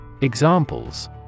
Examples